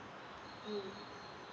mm